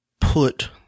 put